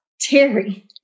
Terry